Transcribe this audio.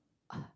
ugh